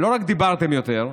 ולא רק דיברתם יותר,